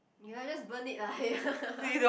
you know just burnt it lah